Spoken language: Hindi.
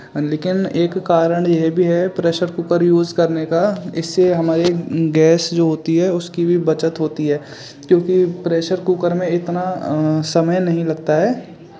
लेकिन एक कारण ये भी है प्रेशर कूकर यूज़ करने का इससे हमारे गैस जो होती है उसकी भी बचत होती है क्योंकि प्रेशर कूकर में इतना समय नहीं लगता है